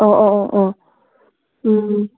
ꯑꯣ ꯑꯣ ꯑꯣ ꯑꯣ ꯎꯝ